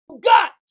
got